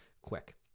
quick